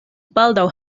baldaŭ